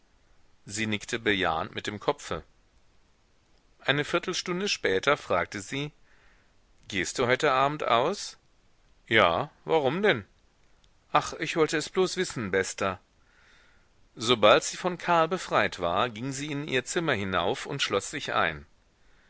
sie nickte bejahend mit dem kopfe eine viertelstunde später fragte sie gehst du heute abend aus ja warum denn ach ich wollt es bloß wissen bester sobald sie von karl befreit war ging sie in ihr zimmer hinauf und schloß sich ein